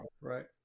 right